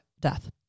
Death